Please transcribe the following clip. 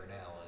now